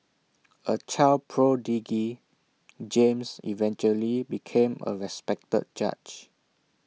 A child prodigy James eventually became A respected judge